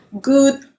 good